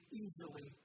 easily